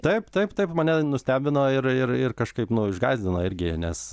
taip taip taip mane nustebino ir ir ir kažkaip nu išgąsdino irgi nes